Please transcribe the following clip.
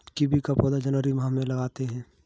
kiwi का पौधा जनवरी माह में लगाते हैं